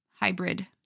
hybrid